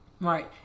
Right